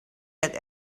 had